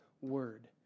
word